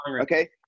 Okay